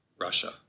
Russia